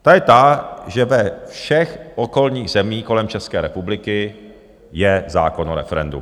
Ta je ta, že ve všech okolních zemích kolem České republiky je zákon o referendu.